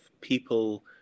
people